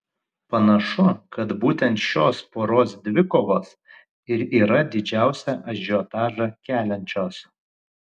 panašu kad būtent šios poros dvikovos ir yra didžiausią ažiotažą keliančios